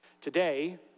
Today